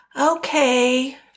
okay